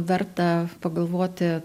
verta pagalvoti